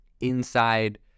inside